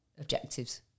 objectives